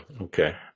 okay